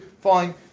fine